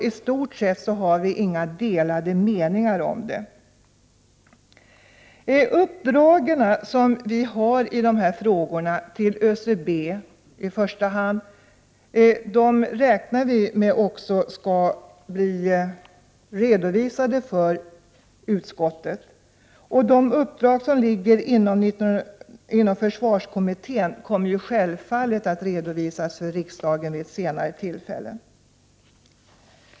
I stort sett har vi inte några delade meningar. Uppdragen i dessa frågor, till ÖCB i första hand, räknar vi med att bli redovisade för utskottet. Och de uppdrag som försvarskommittén har kommer vi självfallet att redovisa för riksdagen vid ett senare tillfälle.